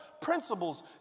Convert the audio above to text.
principles